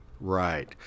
Right